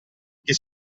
che